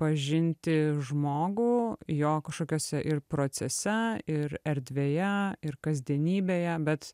pažinti žmogų jo kažkokiose ir procese ir erdvėje ir kasdienybėje bet